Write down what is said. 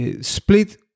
split